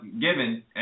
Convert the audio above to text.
given